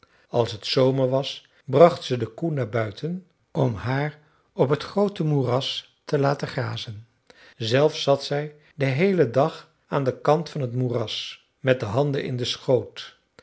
als het zomer was bracht ze de koe naar buiten om haar op het groote moeras te laten grazen zelf zat zij den heelen dag aan den kant van t moeras met de handen in den schoot